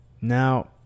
Now